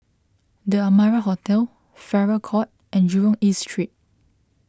the Amara Hotel Farrer Court and Jurong East Street